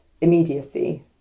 immediacy